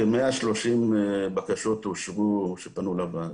כמאה שלושים בקשות אושרו, שפנו לוועדה.